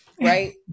Right